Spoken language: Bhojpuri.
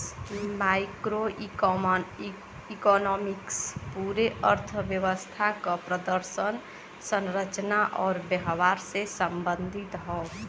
मैक्रोइकॉनॉमिक्स पूरे अर्थव्यवस्था क प्रदर्शन, संरचना आउर व्यवहार से संबंधित हौ